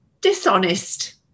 dishonest